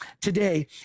today